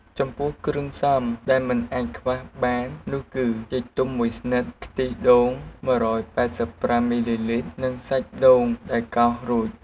ចំពោះគ្រឿងផ្សំដែលមិនអាចខ្វះបាននោះគឺ ចេកទុំមួយស្និត ខ្ទិះដូង ១៨៥ មីលីលីត្រ និងសាច់ដូងដែលកោសរួច ។